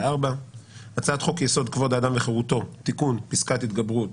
הצעת חוק-יסוד: כבוד האדם וחירותו (תיקון פסקת התגברות),